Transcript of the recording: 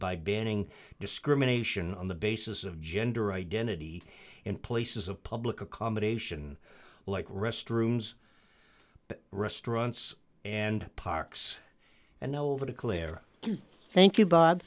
by banning discrimination on the basis of gender identity in places of public accommodation like restrooms restaurants and parks and over declare thank you b